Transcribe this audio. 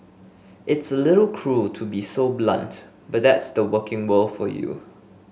it's a little cruel to be so blunt but that's the working world for you